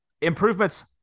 improvements